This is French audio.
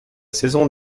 saison